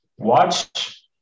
Watch